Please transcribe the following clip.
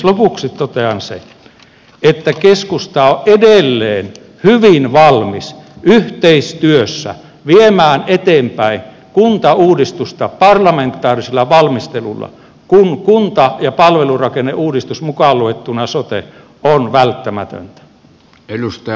lopuksi totean sen että keskusta on edelleen hyvin valmis yhteistyössä viemään eteenpäin kuntauudistusta parlamentaarisella valmistelulla kun kunta ja palvelurakenneuudistus mukaan luettuna sote on välttämätöntä